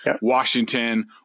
washington